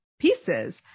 pieces